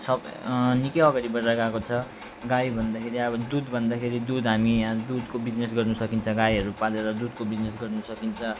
सब निकै अगाडि बढेर गएको छ गाई भन्दाखेरि अब दुध भन्दाखेरि दुध हामी यहाँ दुधको बिजनेस गर्नु सकिन्छ गाईहरू पालेर दुधको बिजनेस गर्नु सकिन्छ